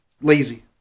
lazy